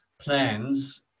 plans